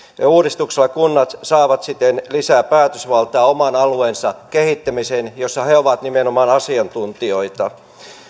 uudistuksella kunnat saavat siten lisää päätösvaltaa oman alueensa kehittämiseen jossa he ovat nimenomaan asiantuntijoita